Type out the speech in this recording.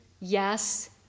Yes